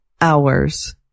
hours